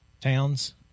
Towns